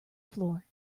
floor